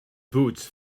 boots